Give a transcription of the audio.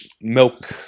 milk